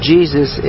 Jesus